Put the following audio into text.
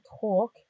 talk